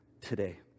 today